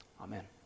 Amen